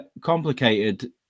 complicated